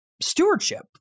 stewardship